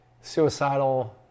suicidal